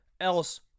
else